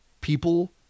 people